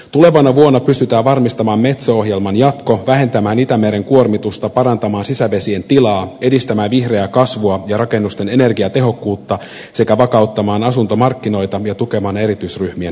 tulevana vuonna pystytään varmistamaan metso ohjelman jatko vähentämään itämeren kuormitusta parantamaan sisävesien tilaa edistämään vihreää kasvua ja rakennusten energiatehokkuutta sekä vakauttamaan asuntomarkkinoita ja tukemaan erityisryhmien asumista